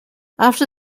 after